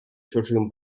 чужим